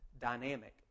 dynamic